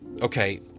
Okay